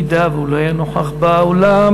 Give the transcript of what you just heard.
אם הוא לא יהיה נוכח באולם,